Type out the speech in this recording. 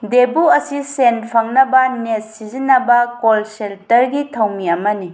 ꯗꯦꯕꯨ ꯑꯁꯤ ꯁꯦꯜ ꯐꯪꯅꯕ ꯅꯦꯠ ꯁꯤꯖꯤꯟꯅꯕ ꯀꯣꯜ ꯁꯦꯟꯇꯔꯒꯤ ꯊꯧꯃꯤ ꯑꯃꯅꯤ